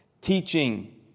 teaching